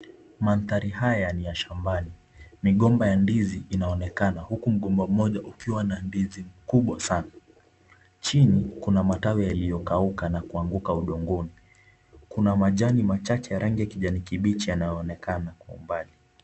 Mandhari haya ni ya shambani. Migomba ya ndizi inaonekana huku mgomba mmoja ukiwa na ndizi kubwa sana. Chini kuna matawi yaliyokauka na kuanguka udongoni. Kuna majani machache ya rangi ya kijani kibichi yanayoonekana kwa umbali.